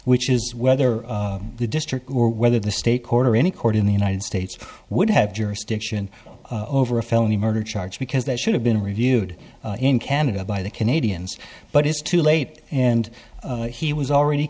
which is whether the district or whether the state court or any court in the united states would have jurisdiction over a felony murder charge because that should have been reviewed in canada by the canadians but it's too late and he was already